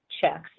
checks